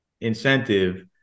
incentive